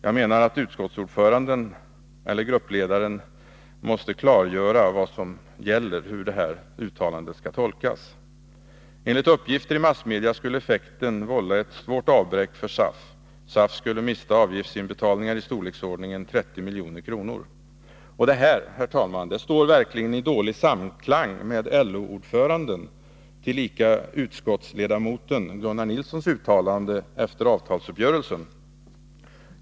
Jag anser att utskottsordföranden eller gruppordföranden måste klargöra vad som gäller, hur uttalandet skall tolkas. Enligt uppgifter i massmedia skulle effekten vålla ett stort avbräck för SAF, som skulle mista avgiftsinbetalningar i storleksordningen 30 milj.kr. Det här, herr talman, står verkligen i dålig samklang med LO-ordförandens, tillika utskottsledamoten Gunnar Nilssons, uttalande efter avtalsuppgörelsen.